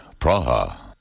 Praha